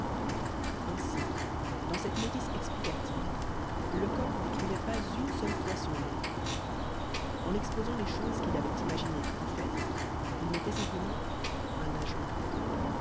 ainsi dans cette notice explicative lecoq n'écrivait pas une seule fois son nom en exposant les choses qu'il avait imaginées ou faites il mettait simplement un agent